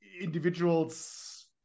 individuals